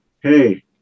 hey